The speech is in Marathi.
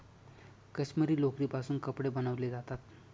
काश्मिरी लोकरीपासून कपडे बनवले जातात